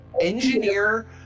engineer